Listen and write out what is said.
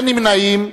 אין נמנעים.